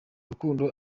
rukundo